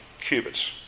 cubits